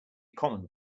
common